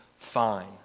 fine